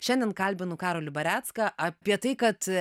šiandien kalbinu karolį barecką apie tai kad